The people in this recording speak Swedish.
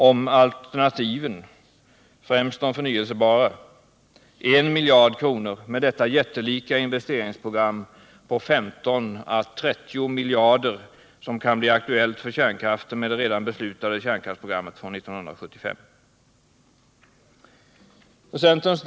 Beloppet 1 miljard kronor när det gäller alternativen, främst de förnyelsebara, skall jämföras med 15 å 30 miljarder för det jättelika investeringsprogrammet för kärnkraften, om det redan beslutade programmet från 1975 förverkligas.